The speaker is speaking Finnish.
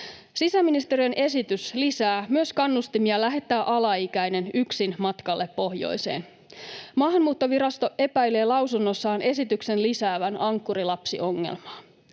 Sisäministeriön esitys lisää myös kannustimia lähettää alaikäinen yksin matkalle pohjoiseen. Maahanmuuttovirasto epäilee lausunnossaan esityksen lisäävän ankkurilapsiongelmaa.